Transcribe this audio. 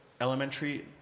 elementary